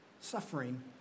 suffering